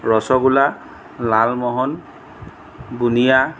ৰসগোল্লা লালমোহন বুনিয়া